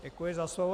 Děkuji za slovo.